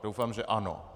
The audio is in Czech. Doufám, že ano.